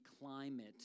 climate